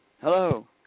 Hello